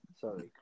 Sorry